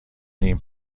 نیم